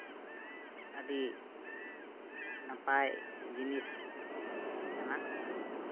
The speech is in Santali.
ᱟᱹᱰᱤ ᱱᱟᱯᱟᱭ ᱡᱤᱱᱤᱥ ᱠᱟᱱᱟ